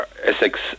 Essex